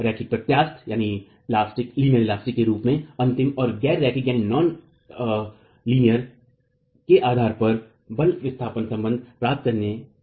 रैखिक प्रत्यास्थ के रूप में अंतिम और गैर रैखिक के आधार पर बल विस्थापन सम्बन्ध प्राप्त करते है